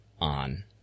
on